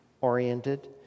oriented